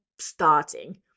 starting